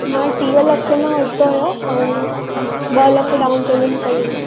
मां टीह लख में वरितो हुयो ऐं ॿ लख डाउन पेमेंट कई हुई